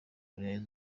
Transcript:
korea